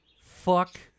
Fuck